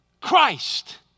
Christ